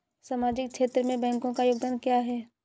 सामाजिक क्षेत्र में बैंकों का योगदान क्या है?